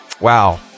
wow